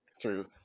True